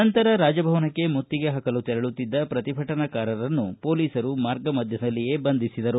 ನಂತರ ರಾಜಭವನಕ್ಕೆ ಮುತ್ತಿಗೆ ಹಾಕಲು ತೆರಳುತ್ತಿದ್ದ ಪ್ರತಿಭಟನಾಕಾರರನ್ನು ಪೊಲೀಸರು ಮಾರ್ಗ ಮಧ್ಯದಲ್ಲಿಯೇ ಬಂಧಿಸಿದರು